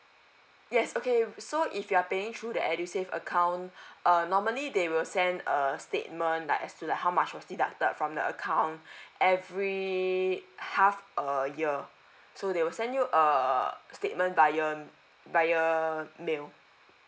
yes okay so if you're paying through the edusave account uh normally they will send a statement like as to like how much was deducted from the account every half a year so they will send you a statement via via mail